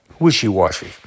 wishy-washy